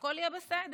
והכול יהיה בסדר.